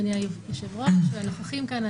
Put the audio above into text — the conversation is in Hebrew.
אדוני היושב-ראש והנוכחים כאן,